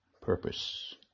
purpose